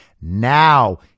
Now